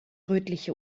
rötliche